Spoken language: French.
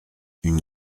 une